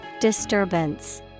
disturbance